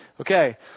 Okay